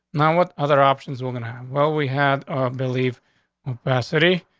now what other options we're gonna have? well, we had believe capacity.